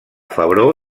febró